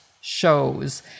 shows